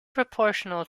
proportional